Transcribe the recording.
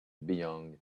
beyond